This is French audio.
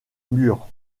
mur